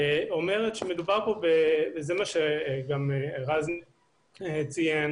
כפי שרז ציין